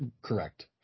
correct